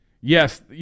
Yes